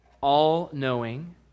all-knowing